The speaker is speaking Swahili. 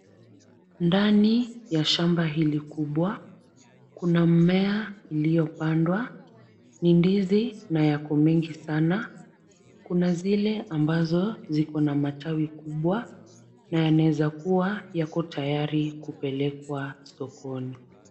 Ndani ya shamba hili kubwa kuna mmea iliyo pandwa ni ndizi na yako mingi sana. Kuna zile ambazo zikona matawi kubwa na yanaweza kua yako tayari kupelekwa sokoni.